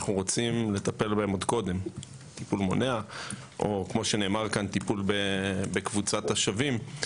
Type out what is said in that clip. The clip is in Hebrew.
אנחנו רוצים לטפל בהם עוד קודם בטיפול מונע או טיפול בקבוצת השווים,